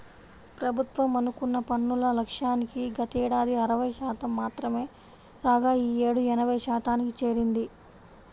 ప్రభుత్వం అనుకున్న పన్నుల లక్ష్యానికి గతేడాది అరవై శాతం మాత్రమే రాగా ఈ యేడు ఎనభై శాతానికి చేరింది